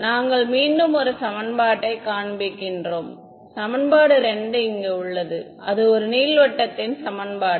நாங்கள் மீண்டும் ஒரு சமன்பாட்டை காண்பிக்கின்றோம் சமன்பாடு 2 இங்கு உள்ளது அது ஒரு நீள்வட்டத்தின் சமன்பாடு